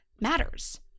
matters